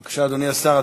בבקשה, אדוני השר.